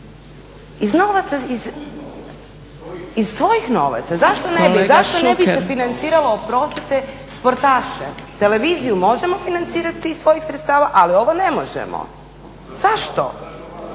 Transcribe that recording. iz svojih novaca, zašto se ne bi financiralo oprostite sportaše, televiziju možemo financirati iz svojih sredstava a ovo ne možemo. A